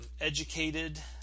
educated